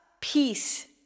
peace